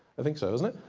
i think so, isn't it?